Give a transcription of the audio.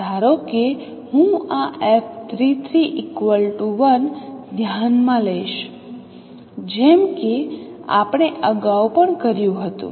ધારો કે હું આ f33 1 ધ્યાનમાં લઈશ જેમ કે આપણે અગાઉ પણ કર્યું હતું